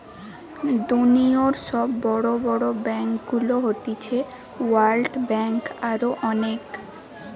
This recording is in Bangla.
দুনিয়র সব বড় বড় ব্যাংকগুলো হতিছে ওয়ার্ল্ড ব্যাঙ্ক, আরো অনেক